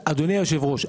היושב-ראש,